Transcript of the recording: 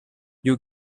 you